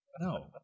No